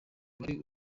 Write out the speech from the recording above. uwari